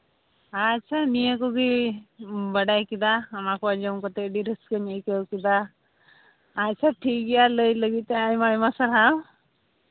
ᱟᱪᱪᱷᱟ ᱱᱤᱭᱟᱹ ᱠᱚᱜᱮ ᱵᱟᱰᱟᱭ ᱠᱮᱫᱟ ᱚᱱᱟ ᱠᱚ ᱟᱸᱡᱚᱢ ᱠᱟᱮᱜ ᱟᱹᱰᱤ ᱨᱟᱹᱥᱠᱟᱹᱧ ᱟᱹᱭᱠᱟᱹᱣ ᱠᱮᱫᱟ ᱟᱪᱪᱷᱟ ᱴᱷᱤᱠ ᱜᱮᱭᱟ ᱞᱟᱹᱭ ᱞᱟᱹᱜᱤᱫ ᱛᱮ ᱟᱭᱢᱟ ᱟᱭᱢᱟ ᱥᱟᱨᱦᱟᱣ